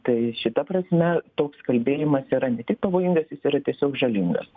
tai šita prasme toks kalbėjimas yra ne tik pavojingas jis yra tiesiog žalingas